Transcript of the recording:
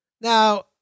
Now